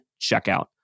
checkout